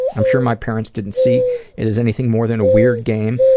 i'm sure my parents didn't see it as anything more than a weird game,